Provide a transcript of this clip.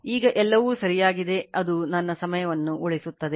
ಈಗ ಎಲ್ಲವೂ ಸರಿಯಾಗಿದೆ ಅದು ನನ್ನ ಸಮಯವನ್ನು ಉಳಿಸುತ್ತದೆ